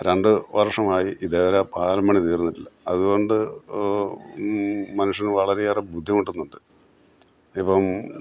രണ്ട് വർഷമായി ഇതേവരെ ആ പാലം പണി തീർന്നിട്ടില്ല അതുകൊണ്ട് മനുഷ്യൻ വളരെയേറെ ബുദ്ധിമുട്ടുന്നുണ്ട് ഇപ്പം